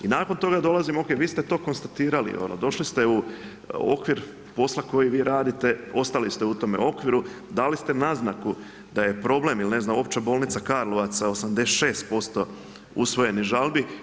I nakon toga dolazimo, OK, vi ste to konstatirali, došli ste u okvir posla koji vi radite, ostali ste u tome okviru, dali ste naznaku da je problem ili ne znam Opća bolnica Karlovac sa 86% usvojenih žalbi.